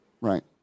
Right